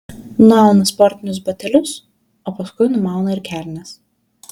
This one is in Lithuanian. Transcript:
nuauna sportinius batelius o paskui numauna ir kelnes